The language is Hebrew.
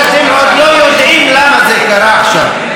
כשאתם עוד לא יודעים למה זה קרה עכשיו.